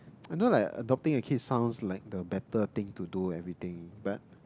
I know like adopting a kid sounds like the better thing to do everything but